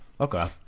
Okay